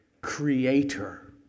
Creator